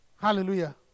Hallelujah